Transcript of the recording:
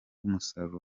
umusaruro